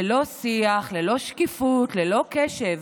ללא שיח, ללא שקיפות, ללא קשב